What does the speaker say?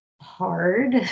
hard